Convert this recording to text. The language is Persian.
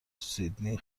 سیدنی